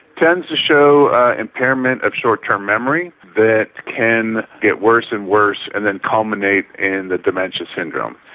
tend to show impairment of short-term memory that can get worse and worse and then culminate in the dementia syndrome.